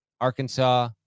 Arkansas